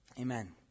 amen